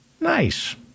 Nice